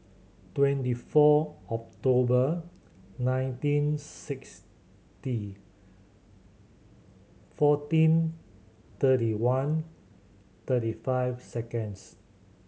twenty four October nineteen sixty fourteen thirty one thirty five seconds